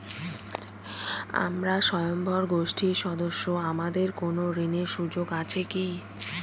আমরা স্বয়ম্ভর গোষ্ঠীর সদস্য আমাদের কোন ঋণের সুযোগ আছে কি?